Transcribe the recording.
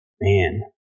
man